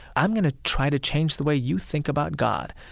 i'm going to try to change the way you think about god.